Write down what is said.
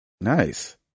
nice